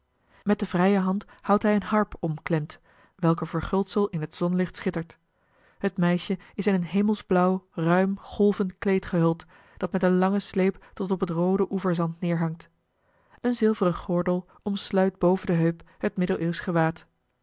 met de vrije hand houdt hij eene harp omklemd welker verguldsel in t zonlicht schittert het meisje is in een hemelsblauw ruim golvend kleed gehuld dat met een langen sleep tot op het roode oeverzand neerhangt een zilveren gordel omsluit boven de heup het middeleeuwsch